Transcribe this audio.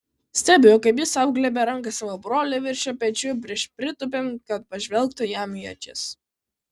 stebiu kaip jis apglėbia ranka savo brolį virš jo pečių prieš pritūpiant kad pažvelgtų jam į akis